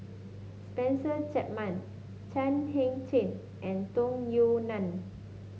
Spencer Chapman Chan Heng Chee and Tung Yue Nang